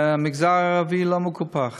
המגזר הערבי לא מקופח,